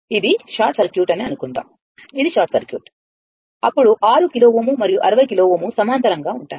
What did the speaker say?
ఇది short circuit అని అనుకుందాం ఇది షార్ట్ సర్క్యూట్ అప్పుడు 6 కిలో Ω మరియు 60 కిలో Ω సమాంతరంగా ఉంటాయి